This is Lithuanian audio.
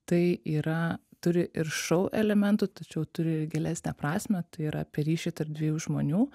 tai yra turi ir šou elementų tačiau turi gilesnę prasmę tai yra per ryšį tarp dviejų žmonių